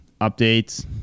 updates